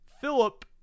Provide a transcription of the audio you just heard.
Philip